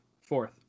fourth